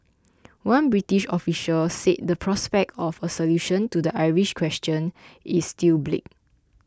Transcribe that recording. one British official said the prospect of a solution to the Irish question is still bleak